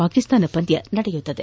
ಪಾಕಿಸ್ತಾನ ಪಂದ್ಯ ನಡೆಯಲಿದೆ